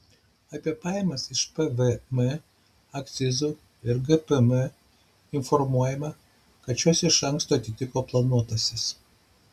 apie pajamas iš pvm akcizų ir gpm informuojama kad šios iš esmės atitiko planuotąsias